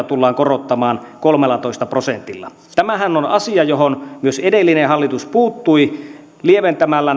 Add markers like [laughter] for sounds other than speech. [unintelligible] tullaan korottamaan kolmellatoista prosentilla tämähän on asia johon myös edellinen hallitus puuttui lieventämällä [unintelligible]